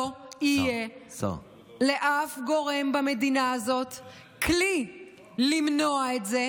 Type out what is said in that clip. לא יהיה לאף גורם במדינה הזאת כלי למנוע את זה,